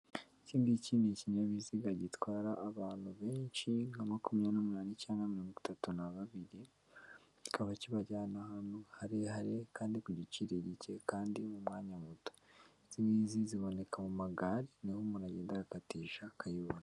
Iki ngiki n'ikinyabiziga gitwara abantu benshi nka makumyabiri n'umunani cyangwa mirongo itatu na babiri kikaba kibajyana ahantu harehare kandi ku giciro gike kandi mu mwanya muto izingizi ziboneka mu magare niho umuntu agenda agakatisha kayibona.